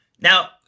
Now